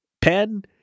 pen